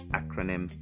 acronym